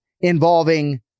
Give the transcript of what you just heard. Involving